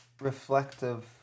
reflective